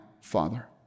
father